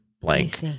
blank